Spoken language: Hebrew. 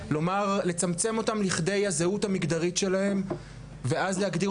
לצמצם אותם לכדי הזהות המגדרים שלהם ואז להגדיר